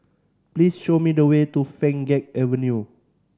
please show me the way to Pheng Geck Avenue